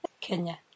Kenya